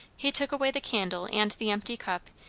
he took away the candle and the empty cup,